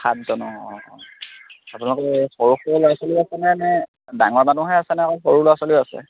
সাতজন অঁ অঁ অঁ আপোনালোকৰ এই সৰু সৰু ল'ৰা ছোৱালী আছেনে নে ডাঙৰ মানুহে আছেনে আৰু সৰু ল'ৰা ছোৱালীও আছে